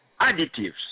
additives